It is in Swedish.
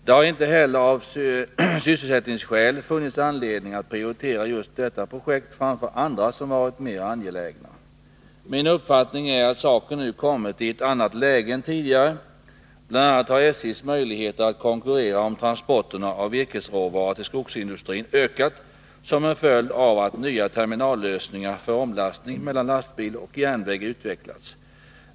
Det har inte heller av sysselsättningsskäl funnits anledning att prioritera just detta projekt framför andra som varit mera angelägna. Min uppfattning är att saken nu kommit i ett annat läge än tidigare. Bl. a. har SJ:s möjligheter att konkurrera om transporterna av virkesråvara till 155 skogsindustrin ökat som en följd av att nya terminallösningar för omlastning mellan lastbil och järnväg utvecklats.